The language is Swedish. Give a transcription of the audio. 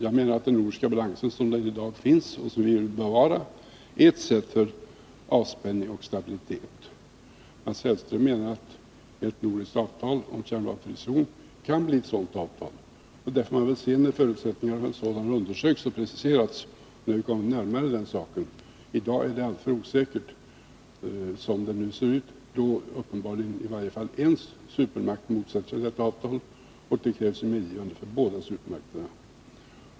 Jag menar att den nordiska balansen — sådan den existerar och som vi vill bevara — är ett sätt för avspänning och stabilitet. Mats Hellström menar att ett nordiskt avtal om en kärnvapenfri zon kan bli ett sådant avtal. Det får man väl se, sedan förutsättningarna undersökts och preciserats och när man kommer närmare den saken. I dag är det alltför osäkert, som det ser ut nu, då uppenbarligen i varje fall en supermakt motsätter sig detta avtal. Det krävs ju ett medgivande från båda supermakterna.